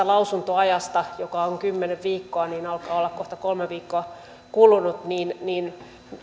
lausuntoajasta joka on kymmenen viikkoa alkaa olla kohta kolme viikkoa kulunut